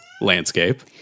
landscape